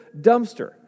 dumpster